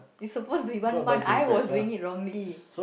it's supposed to be one month I was doing it wrongly